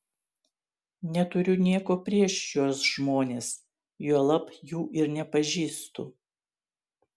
neturiu nieko prieš šiuos žmones juolab jų ir nepažįstu